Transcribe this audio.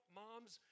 moms